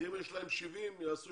אם יש להם 70, יהיה להם